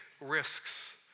risks